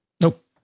Nope